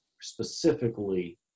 specifically